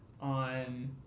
on